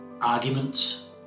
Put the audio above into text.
arguments